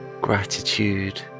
gratitude